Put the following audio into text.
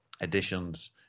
additions